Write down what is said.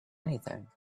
anything